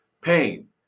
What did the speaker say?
Pain